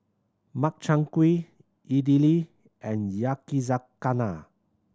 Makchang Gui Idili and Yakizakana